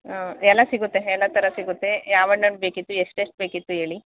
ಹ್ಞೂ ಎಲ್ಲ ಸಿಗುತ್ತೆ ಎಲ್ಲ ಥರ ಸಿಗುತ್ತೆ ಯಾವು ಹಣ್ ಬೇಕಿತ್ತು ಎಷ್ಟೆಷ್ಟು ಬೇಕಿತ್ತು ಹೇಳಿ